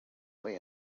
way